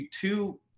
two